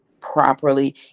properly